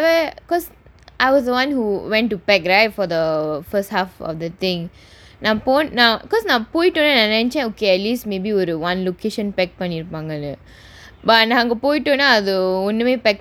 I was the [one] who went to pack right for the first half of the thing நான் போன்~ நா:naan pon~ naa because நான் போய்ட்ட ஒடனே நான் நெனச்சன்:naan poitta odanae naan nenachaen okay at least maybe ஒரு:oru one location pack பண்ணி இருப்பாங்கனு:panni irupaanganu but ஆனா அங்க போய்டனா அது ஒண்ணுமே:aanaa anga poitansa athu onnumae pack பண்ணல:pannala